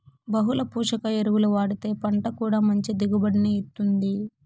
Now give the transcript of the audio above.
బహుళ పోషక ఎరువులు వాడితే పంట కూడా మంచి దిగుబడిని ఇత్తుంది